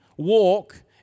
walk